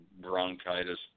bronchitis